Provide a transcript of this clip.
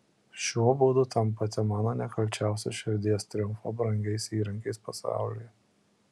šiuo būdu tampate mano nekalčiausiosios širdies triumfo brangiais įrankiais pasaulyje